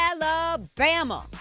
Alabama